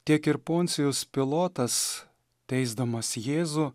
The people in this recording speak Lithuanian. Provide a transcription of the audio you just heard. tiek ir poncijus pilotas teisdamas jėzų